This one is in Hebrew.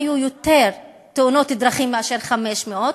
היו יותר תאונות מאשר 500,